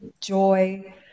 joy